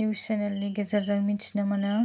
news चेनेलनि गेजेरजों मोनथिनो मोनो